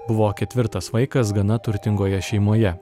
buvo ketvirtas vaikas gana turtingoje šeimoje